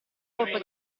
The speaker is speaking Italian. colpo